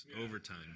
overtime